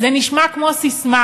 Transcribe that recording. זה נשמע כמו ססמה,